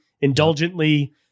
indulgently